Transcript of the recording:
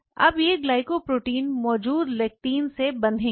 अब ये ग्लाइकोप्रोटीन मौजूद लेक्टिन से बंधेंगे